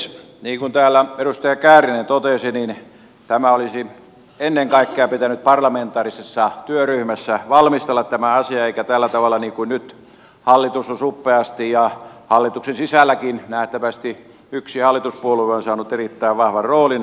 niin kuin täällä edustaja kääriäinen totesi tämä asia olisi ennen kaikkea pitänyt valmistella parlamentaarisessa työryhmässä eikä tällä tavalla niin kuin nyt hallitus on suppeasti valmistellut ja hallituksen sisälläkin nähtävästi yksi hallituspuolue on saanut erittäin vahvan roolin ratkottaessa näitä asioita